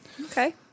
Okay